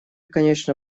конечно